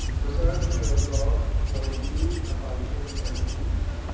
preserve me o god for in you have i taken refuge.